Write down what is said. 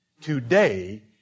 Today